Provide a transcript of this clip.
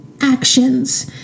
actions